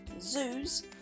zoos